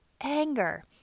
anger